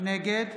נגד